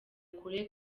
kure